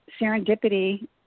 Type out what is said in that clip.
Serendipity